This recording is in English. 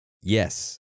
Yes